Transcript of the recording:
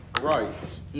Right